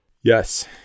Yes